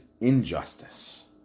injustice